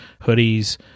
hoodies